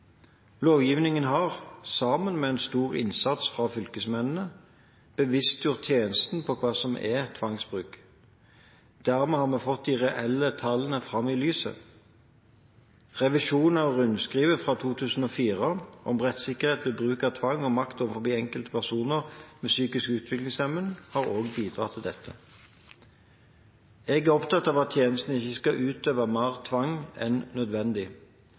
Lovgivningen har – sammen med stor innsats fra fylkesmennene – bevisstgjort tjenesten om hva som er tvangsbruk. Dermed har vi fått de reelle tallene fram i lyset. Revisjonen av rundskrivet fra 2004 om rettssikkerhet ved bruk av tvang og makt overfor enkelte personer med psykisk utviklingshemning har også bidratt til dette. Jeg er opptatt av at tjenesten ikke skal utøve mer tvang enn nødvendig.